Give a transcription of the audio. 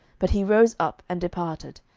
but he rose up and departed,